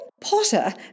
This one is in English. Potter